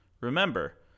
remember